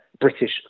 British